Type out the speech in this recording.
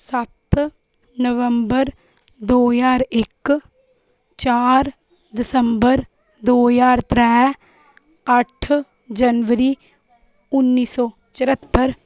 सत्त नवम्बर दो ज्हार इक चार दिसंबर दो ज्हार त्रै अट्ठ जनबरी उन्नी सौ चरह्त्तर